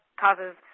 causes